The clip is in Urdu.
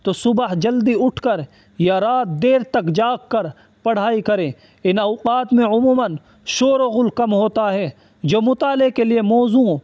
تو صبح جلدی اٹھ کر یا رات دیر تک جاگ کر پڑھائی کریں ان اوقات میں عموماً شوروغل کم ہوتا ہے جو مطالعے کے لیے موزوں